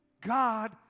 God